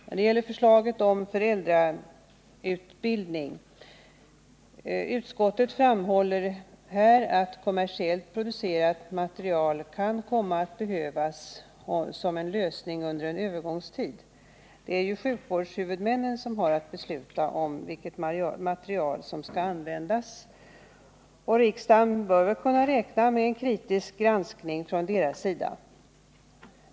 När det gäller förslaget om föräldrautbildning framhåller utskottet att kommersiellt producerat material kan komma att behövas som en lösning under en övergångstid. Det är sjukvårdshuvudmännen som har att besluta om vilket material som skall användas. Och riksdagen bör kunna räkna med en kritisk granskning från deras sida.